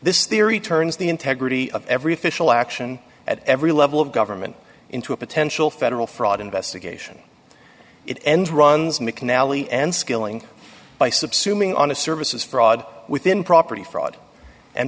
this theory turns the integrity of every fishel action at every level of government into a potential federal fraud investigation it ends runs mcnally and skilling by subsuming on a services fraud within property fraud and